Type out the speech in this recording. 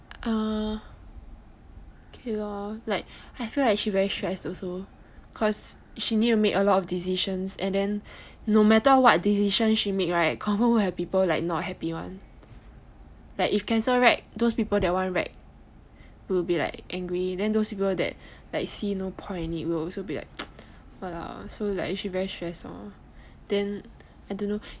uh okay lor I feel like she very stressed also cause she need to make a lot of decisions and then no matter what decision she make right confirm will have people not happy [one] like if cancel rag those people that want rag will be like angry then those people that like see no point will be like !walao! so like she very stress lor then I don't know